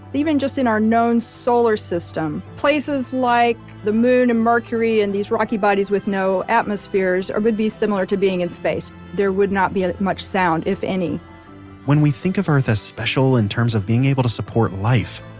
even just in our known solar system, places like the moon and mercury and these rocky bodies with no atmospheres would be similar to being in space. there would not be ah much sound, if any when we think of earth as special in terms of being able to even support life,